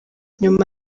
nyuma